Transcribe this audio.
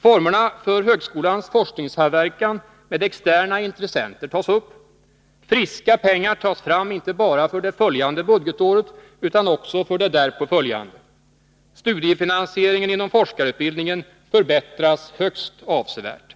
Formerna för högskolans forskningssamverkan med externa intressenter tas upp. Friska pengar tas fram — inte bara för det följande budgetåret, utan också för det därpå följande. Studiefinansieringen när det gäller forskarutbildningen förbättras högst avsevärt.